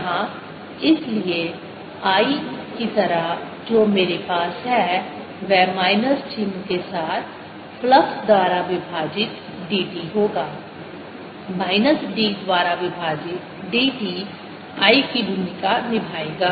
यहां इसलिए I की तरह जो मेरे पास है वह माइनस चिह्न के साथ फ्लक्स द्वारा विभाजित dt होगा माइनस d द्वारा विभाजित dt I की भूमिका निभाएगा